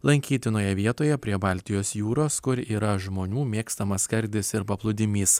lankytinoje vietoje prie baltijos jūros kur yra žmonių mėgstamas skardis ir paplūdimys